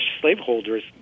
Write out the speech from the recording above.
slaveholders